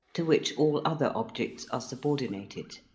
to which all other objects are subordinated.